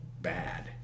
bad